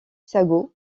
sagot